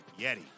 Yeti